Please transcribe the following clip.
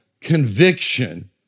conviction